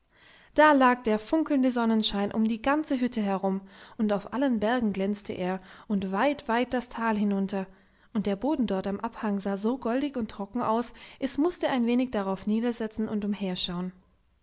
da lag der funkelnde sonnenschein um die ganze hütte herum und auf allen bergen glänzte er und weit weit das tal hinunter und der boden dort am abhang sah so goldig und trocken aus es mußte ein wenig darauf niedersetzen und umherschauen